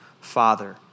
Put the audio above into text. Father